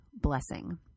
blessing